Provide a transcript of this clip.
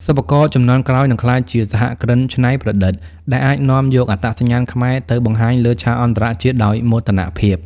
សិប្បករជំនាន់ក្រោយនឹងក្លាយជាសហគ្រិនច្នៃប្រឌិត ដែលអាចនាំយកអត្តសញ្ញាណខ្មែរទៅបង្ហាញលើឆាកអន្តរជាតិដោយមោទនភាព។